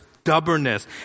stubbornness